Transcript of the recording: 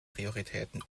prioritäten